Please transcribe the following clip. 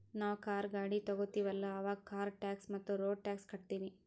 ನಾವ್ ಕಾರ್, ಗಾಡಿ ತೊಗೋತೀವಲ್ಲ, ಅವಾಗ್ ಕಾರ್ ಟ್ಯಾಕ್ಸ್ ಮತ್ತ ರೋಡ್ ಟ್ಯಾಕ್ಸ್ ಕಟ್ಟತೀವಿ